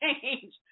change